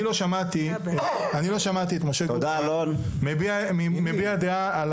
אני לא שמעתי את משה גוטמן מביע דעה על